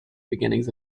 beginnings